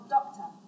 Doctor